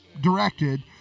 directed